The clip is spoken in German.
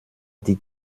die